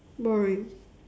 boring